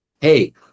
hey